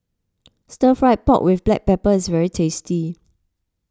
Stir Fried Pork with Black Pepper is very tasty